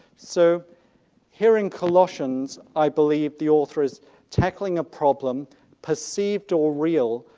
so hearing colossians, i believe the author is tackling a problem perceived or real,